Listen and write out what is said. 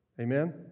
Amen